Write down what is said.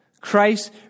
Christ